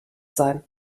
sein